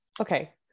Okay